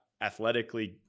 athletically